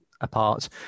apart